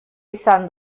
izan